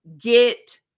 Get